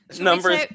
Number